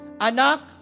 Anak